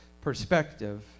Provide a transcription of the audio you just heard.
perspective